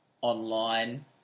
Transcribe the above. online